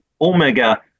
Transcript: Omega